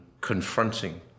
confronting